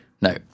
No